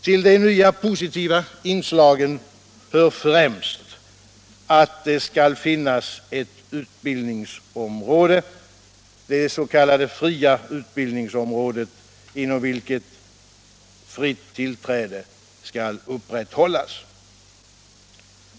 Till de nya positiva inslagen hör främst att det skall finnas ett utbildningsområde, det s.k. fria utbildningsområdet, inom vilket fritt tillträde skall upprätthållas.